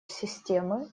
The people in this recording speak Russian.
системы